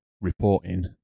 reporting